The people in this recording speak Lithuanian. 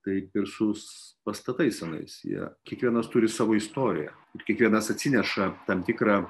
taip ir su pastatais senais jie kiekvienas turi savo istoriją ir kiekvienas atsineša tam tikrą